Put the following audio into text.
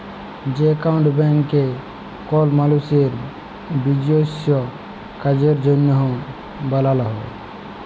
যে একাউল্ট ব্যাংকে কল মালুসের লিজস্য কাজের জ্যনহে বালাল হ্যয়